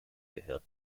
gehört